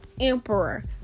emperor